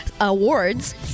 awards